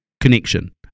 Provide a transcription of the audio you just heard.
connection